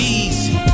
easy